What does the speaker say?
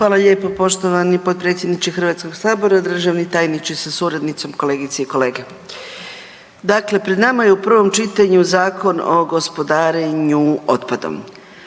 Hvala lijepo poštovani potpredsjedniče HS-a. Državni tajniče sa suradnicom, kolegice i kolege. Dakle, pred nama je u prvom čitanju Zakon o gospodarenju otpadom.